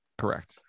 correct